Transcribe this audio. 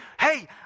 Hey